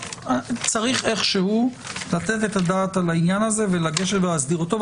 צריך איכשהו לתת את הדעת על העניין הזה ולהסדיר אותו.